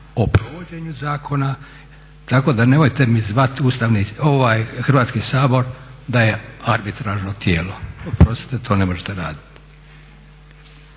o provođenju zakona. tako da nemojte mi zvati Hrvatski sabor da je arbitražno tijelo. Oprostite, to ne možete raditi.